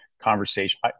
conversation